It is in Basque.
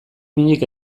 minik